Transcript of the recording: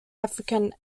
african